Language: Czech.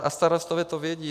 A starostové to vědí.